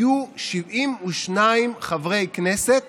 היו 72 חברי כנסת